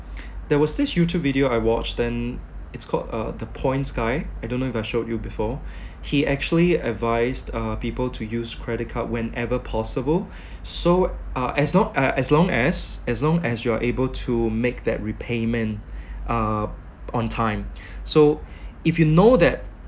there was this youtube video I watched then it's called uh the points guy I don't know if I showed you before he actually advised uh people to use credit card whenever possible so uh as long uh as long as as long as you are able to make that repayment uh on time so if you know that